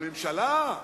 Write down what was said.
אבל ממשלה?